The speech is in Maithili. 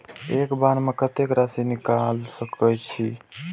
एक बार में कतेक राशि निकाल सकेछी?